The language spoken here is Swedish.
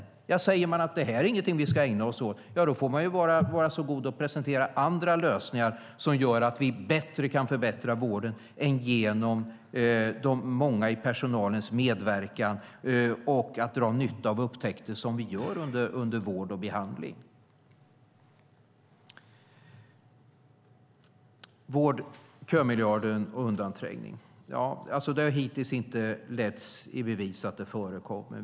Om man säger att det inte är något som vi ska ägna oss åt får man vara så god att i så fall presentera andra lösningar som gör att vi på ett bättre sätt kan förbättra vården än genom medverkan av många i personalen och genom att dra nytta av de upptäckter vi gör under vård och behandling. Sedan gällde det kömiljarden och undanträngning. Det har hittills inte letts i bevis att det förekommer.